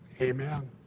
Amen